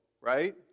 right